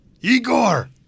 Igor